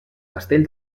castell